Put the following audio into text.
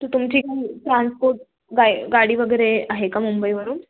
तर तुमची काही ट्रान्सपोर्ट गाय गाडी वगैरे आहे का मुंबईवरून